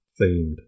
themed